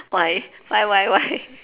why why why why